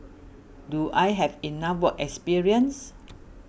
do I have enough work experience